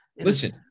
listen